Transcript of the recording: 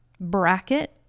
bracket